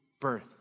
birth